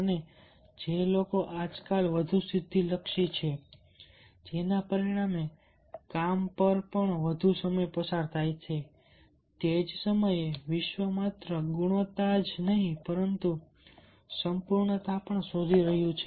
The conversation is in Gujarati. અને જે લોકો આજકાલ વધુ સિદ્ધિ લક્ષી છે જેના પરિણામે કામ પર વધુ સમય પસાર થાય છે તે જ સમયે વિશ્વ માત્ર ગુણવત્તા જ નહીં પરંતુ સંપૂર્ણતા પણ શોધી રહ્યું છે